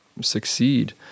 succeed